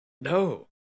No